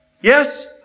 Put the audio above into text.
Yes